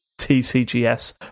TCGS